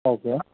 okay